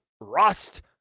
Rust